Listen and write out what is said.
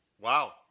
Wow